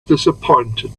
disappointed